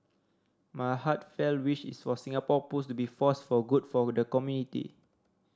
my heartfelt wish is for Singapore Pools to be force for good for the community